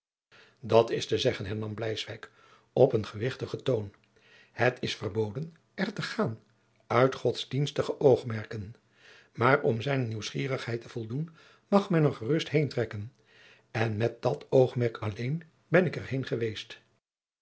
dat is te zeggen hernam bleiswyk op een gewichtigen toon het is verboden er te gaan uit godsdienstige oogmerken maar om zijne nieuwsgierigheid te voldoen mag men er gerust heen trekken en met dat oogmerk alleen ben ik er heen geweest